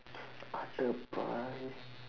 அடப்பாவி:adappaavi